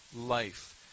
life